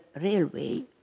railway